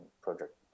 Project